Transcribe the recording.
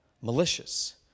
malicious